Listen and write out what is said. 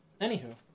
anywho